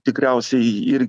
tikriausiai irgi